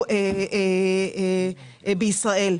בישראל.